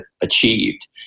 achieved